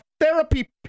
therapy